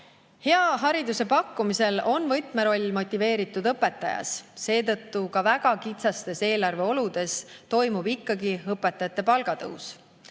Hea hariduse pakkumisel on võtmeroll motiveeritud õpetajal, seetõttu ka väga kitsastes eelarveoludes toimub ikkagi õpetajate palgatõus.